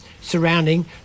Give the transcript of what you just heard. surrounding